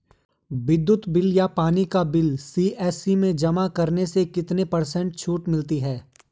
विद्युत बिल या पानी का बिल सी.एस.सी में जमा करने से कितने पर्सेंट छूट मिलती है?